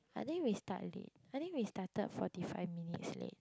I think we start late I think we started forty five minutes late